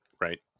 Right